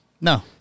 No